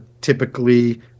typically